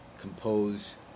compose